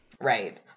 Right